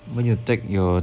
when you take your